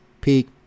peak